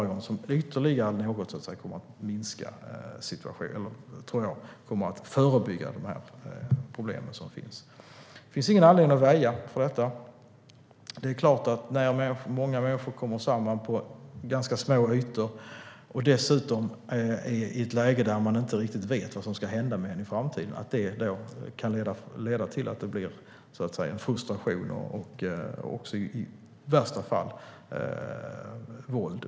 Jag tror att anvisningslagen ytterligare kommer att förebygga de problem som finns. Det finns ingen anledning att väja för detta. Det är klart att när många människor kommer samman på ganska små ytor, dessutom i ett läge när dessa människor inte riktigt vet vad som ska hända med dem i framtiden, kan det leda till att det blir en frustration och i värsta fall våld.